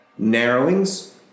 narrowings